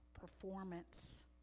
performance